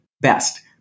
best